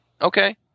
Okay